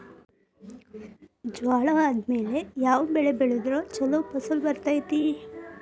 ಜ್ವಾಳಾ ಆದ್ಮೇಲ ಯಾವ ಬೆಳೆ ಬೆಳೆದ್ರ ಛಲೋ ಫಸಲ್ ಬರತೈತ್ರಿ?